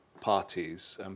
parties